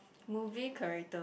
movie character